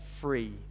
free